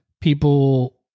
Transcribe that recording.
People